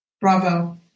Bravo